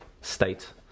state